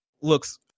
looks